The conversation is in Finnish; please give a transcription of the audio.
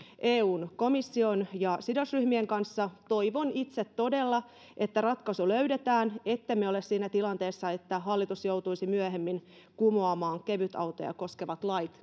eun komission ja sidosryhmien kanssa toivon itse todella että ratkaisu löydetään ettemme ole siinä tilanteessa että hallitus joutuisi myöhemmin kumoamaan kevytautoja koskevat lait